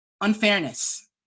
Unfairness